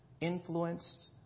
influenced